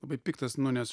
labai piktas nu nes